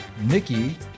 Nikki